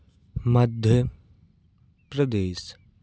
Madhya Pradesh